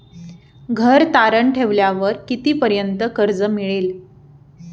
घर तारण ठेवल्यावर कितीपर्यंत कर्ज मिळेल?